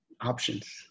options